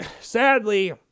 sadly